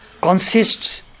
consists